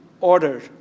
order